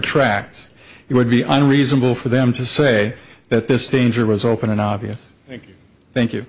tracks he would be on reasonable for them to say that this danger was open an obvious thank you